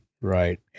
right